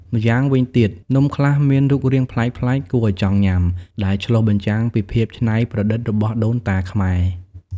ម្យ៉ាងវិញទៀត នំខ្លះមានរូបរាងប្លែកៗគួរឲ្យចង់ញ៉ាំ ដែលឆ្លុះបញ្ចាំងពីភាពច្នៃប្រឌិតរបស់ដូនតាខ្មែរ។